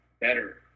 better